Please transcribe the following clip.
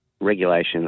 regulation